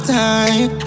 time